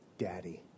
daddy